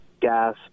gas